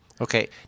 Okay